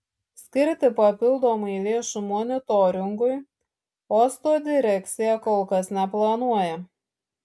skirti papildomai lėšų monitoringui uosto direkcija kol kas neplanuoja